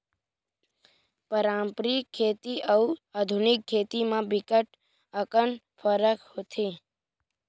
पारंपरिक खेती अउ आधुनिक खेती म बिकट अकन फरक होथे